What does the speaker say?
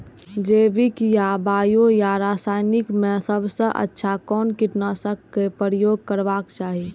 जैविक या बायो या रासायनिक में सबसँ अच्छा कोन कीटनाशक क प्रयोग करबाक चाही?